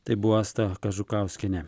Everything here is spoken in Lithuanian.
tai buvo asta kažukauskienė